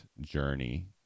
journey